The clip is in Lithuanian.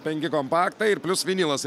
penki kompaktai ir plius vinilas